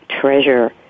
Treasure